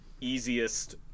easiest